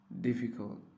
difficult